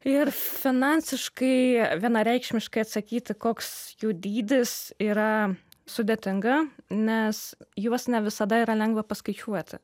ir finansiškai vienareikšmiškai atsakyti koks jų dydis yra sudėtinga nes juos ne visada yra lengva paskaičiuoti